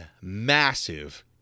massive